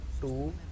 two